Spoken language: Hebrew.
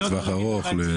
לטווח ארוך?